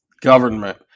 government